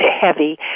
heavy